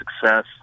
success